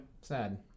Sad